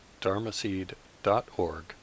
dharmaseed.org